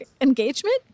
engagement